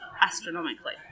astronomically